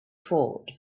fort